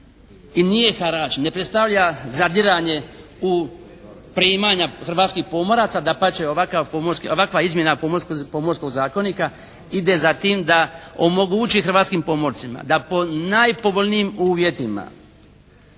i nije harač, ne predstavlja zadiranje u preimanja hrvatskih pomoraca. Dapače ovakva izmjena Pomorskog zakona ide za tim da omogući hrvatskim pomorcima da po najpovoljnijim uvjetima